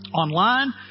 online